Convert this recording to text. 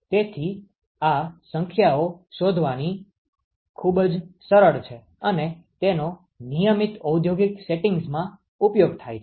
તેથી આ સંખ્યાઓ શોધવાનું ખૂબ જ સરળ છે અને તેનો નિયમિત ઔદ્યોગિક સેટિંગ્સમાં ઉપયોગ થાય છે